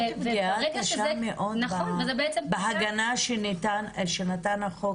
זאת פגיעה קשה מאוד בהגנה שנתן החוק.